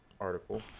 article